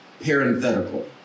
Parenthetical